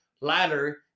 ladder